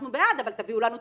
אנחנו בעד אבל תביאו לנו תקנים.